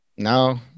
No